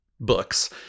books